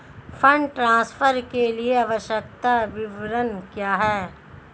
Fund transfer के लिए आवश्यक विवरण क्या हैं?